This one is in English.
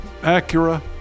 Acura